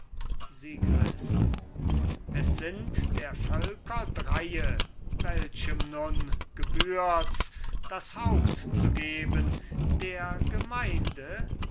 es sind der völker dreie welchem nun gebührt's das haupt zu geben der gemeinde